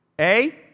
A-